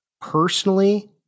personally